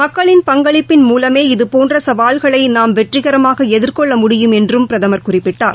மக்களின் பங்களிப்பின் மூலமே இதுபோன்றசவால்களைநாம் வெற்றிகரமாகஎதிர்கொள்ள முடியும் என்றும் பிரதமர் குறிப்பிட்டார்